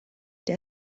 der